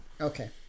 okay